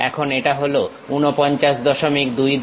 এখন এটা হল 4922